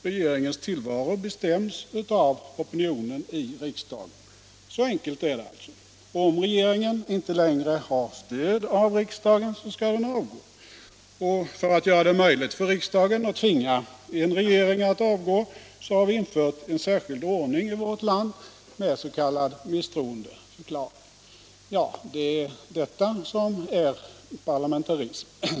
Regeringens tillvaro bestäms av opinionen i riksdagen. Så enkelt är det. Om regeringen inte längre har stöd av riksdagen, skall den avgå. För att göra det möjligt för riksdagen att tvinga en regering att avgå, har vi infört en särskild ordning i vårt land, s.k. misstroendeförklaring. Det är detta som är parlamentarism.